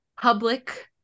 public